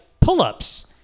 pull-ups